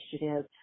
initiative